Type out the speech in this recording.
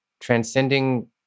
transcending